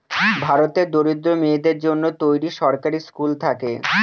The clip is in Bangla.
ভারতের দরিদ্র মেয়েদের জন্য তৈরী সরকারি স্কুল থাকে